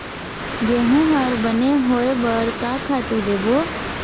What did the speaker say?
गेहूं हर बने होय बर का खातू देबो?